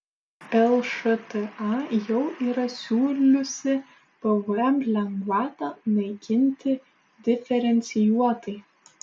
lšta jau yra siūliusi pvm lengvatą naikinti diferencijuotai